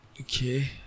Okay